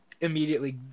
immediately